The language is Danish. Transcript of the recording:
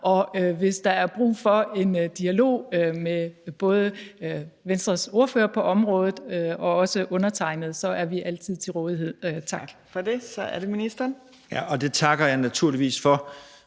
Og hvis der er brug for en dialog med både Venstres ordfører på området og også understregede, så er vi altid til rådighed. Tak. Kl. 15:05 Fjerde næstformand (Trine Torp): Tak for